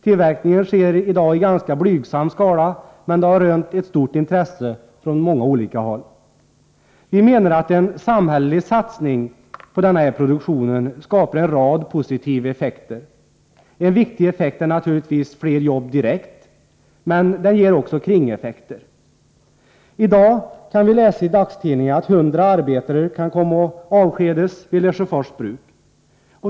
Den sker i ganska blygsam skala men har rönt stort intresse från många olika håll. Vi menar att en samhällelig satsning på denna produktion skapar en rad positiva effekter. En viktig effekt är naturligtvis fler jobb direkt, men den ger också kringeffekter. I dag kan vi läsa i dagstidningarna att 100 arbetare kan komma att avskedas vid Lesjöfors bruk.